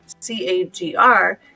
CAGR